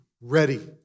ready